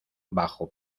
bajo